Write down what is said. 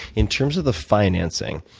in terms of the financing,